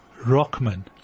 Rockman